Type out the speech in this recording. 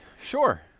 sure